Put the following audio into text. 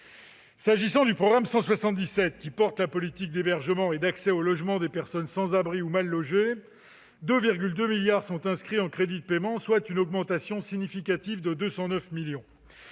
S'agissant du programme 177, qui finance la politique d'hébergement et d'accès au logement des personnes sans abri ou mal logées, il bénéficie de 2,2 milliards d'euros en crédits de paiement, soit une augmentation significative de 209 millions